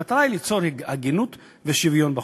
המטרה היא ליצור הגינות ושוויון בחוזה.